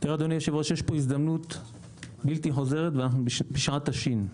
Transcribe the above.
יש פה הזדמנות בלתי חוזרת ואנחנו בשעת השין.